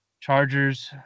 Chargers